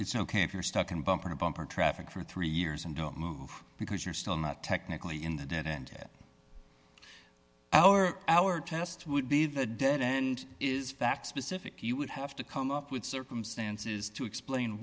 it's ok if you're stuck in bumper to bumper traffic for three years and don't move because you're still not technically in the dead end it our our test would be the dead and is fact specific you would have to come up with circumstances to explain